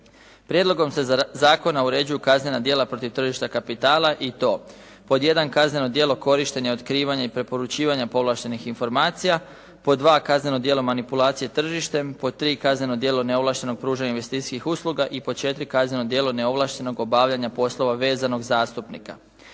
Prijedlogom se zakona uređuju kaznena djela protiv tržišta kapitala i to. Pod jedan, kazneno djelo korištenja, otkrivanja i preporučivanja povlaštenih informacija. Pod dva, kazneno djelo manipulacije tržištem. Pod tri, kazneno djelo neovlašteno pružanje investicijskih usluga. I pod četiri, kazneno djelo neovlaštenog obavljanja poslova vezanog zastupnika.